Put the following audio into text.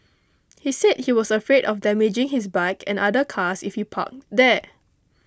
he said he was afraid of damaging his bike and other cars if he parked there